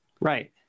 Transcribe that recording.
right